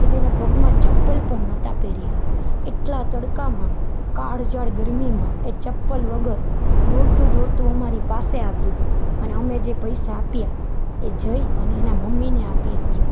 કે તેને પગમાં ચંપલ પણ નહોતાં પહેર્યા એટલા તડકામાં કાળઝાળ ગરમીમાં એ ચંપલ વગર દોડતું દોડતું અમારી પાસે આવ્યું અને અમે જે પૈસા આપ્યાં એ જઈ અને એના મમ્મીને આપી આવ્યું